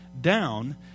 down